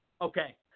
Okay